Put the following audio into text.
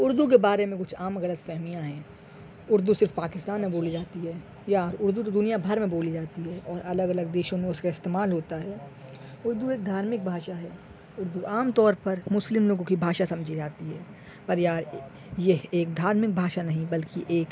اردو کے بارے میں کچھ عام غلط فہمیاں ہیں اردو صرف پاکستان میں بولی جاتی ہے یا اردو تو دنیا بھر میں بولی جاتی ہے اور الگ الگ دیشوں میں اس کا استعمال ہوتا ہے اردو ایک دھارمک بھاشا ہے اردو عام طور پر مسلم لوگوں کی بھاشا سمجھی جاتی ہے پر یار یہ یہ ایک دھارمک بھاشا نہیں بلکہ ایک